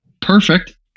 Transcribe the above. perfect